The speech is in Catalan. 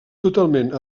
totalment